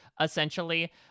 essentially